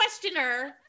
questioner